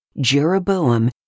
Jeroboam